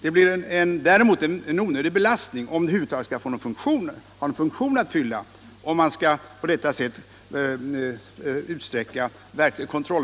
En utökning av kontrollverksamheten blir en onödig belastning och fyller över huvud taget ingen funktion.